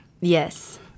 Yes